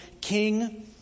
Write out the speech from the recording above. king